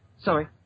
Sorry